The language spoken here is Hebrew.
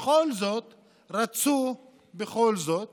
בכל זאת רצו, בכל זאת